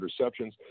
interceptions